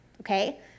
okay